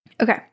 Okay